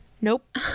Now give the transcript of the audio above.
Nope